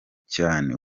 cyane